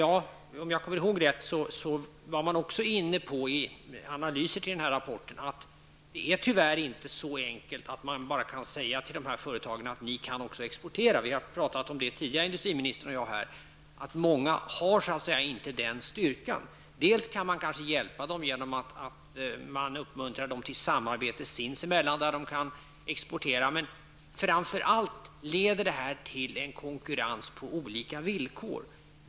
Om jag minns rätt var man också i analysen i rapporten inne på att det tyvärr inte är så enkelt att bara säga till dessa företag att de också kan exportera. Vi har talat tidigare här om att många faktiskt inte har den styrkan. Man kanske kan hjälpa dem genom att uppmuntra till samarbete mellan företag så att de lättare kan exportera, men framför allt leder detta till konkurrens på olika villkor.